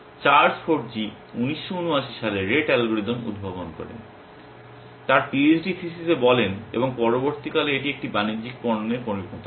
Charles Forgy 1979 সালে Rete algorithm উদ্ভাবন করেন তার পিএইচডি থিসিস এ বলেন এবং পরবর্তীকালে এটি একটি বাণিজ্যিক পণ্যে পরিণত হয়